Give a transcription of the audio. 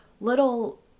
little